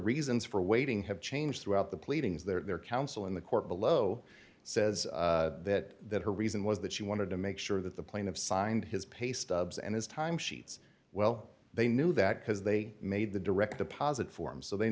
reasons for waiting have changed throughout the pleadings their counsel in the court below says that that her reason was that she wanted to make sure that the plane of signed his paystubs and his time sheets well they knew that because they made the direct deposit form so they